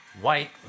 white